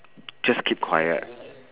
just keep quiet